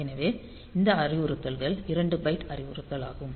எனவே இந்த அறிவுறுத்தல் 2 பைட் அறிவுறுத்தலாகும்